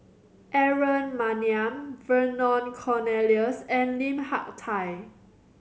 Aaron Maniam Vernon Cornelius and Lim Hak Tai